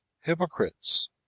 hypocrites